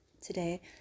today